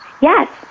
Yes